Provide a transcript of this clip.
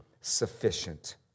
sufficient